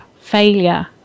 failure